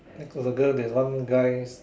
next to the girl there is one guy